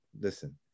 listen